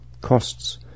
costs